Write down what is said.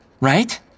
right